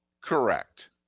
Correct